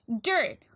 dirt